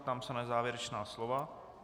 Ptám se na závěrečná slova.